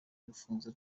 urufunguzo